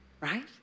right